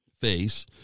face